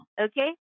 Okay